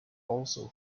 also